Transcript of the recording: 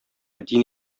дин